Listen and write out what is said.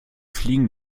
fliegen